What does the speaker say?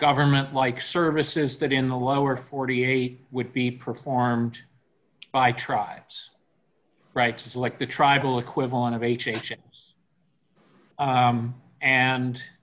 government like services that in the lower forty eight dollars would be performed by tribes rights like the tribal equivalent of h h s and